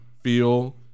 feel